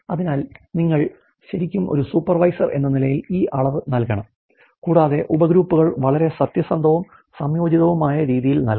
അതിനാൽ നിങ്ങൾ ശരിക്കും ഒരു സൂപ്പർവൈസർ എന്ന നിലയിൽ ഈ അളവ് നൽകണം കൂടാതെ ഉപഗ്രൂപ്പുകൾ വളരെ സത്യസന്ധവും സംയോജിതവുമായ രീതിയിൽ നൽകണം